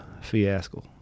fiasco